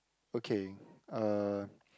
okay uh